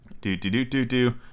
Do-do-do-do-do